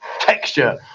texture